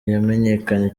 yamenyekanye